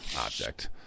object